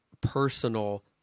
personal